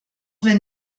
wenn